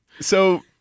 So-